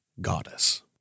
goddess